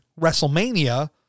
WrestleMania